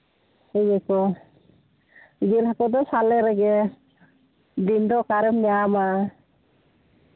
ᱤᱱᱟᱹ ᱠᱚ ᱡᱤᱞ ᱦᱟᱹᱠᱩ ᱫᱚ ᱥᱟᱞᱮ ᱨᱮᱜᱮ ᱫᱤᱱ ᱫᱚ ᱚᱠᱟ ᱨᱮᱢ ᱧᱟᱢᱟ